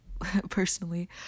personally